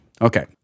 Okay